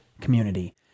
community